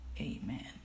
amen